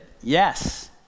yes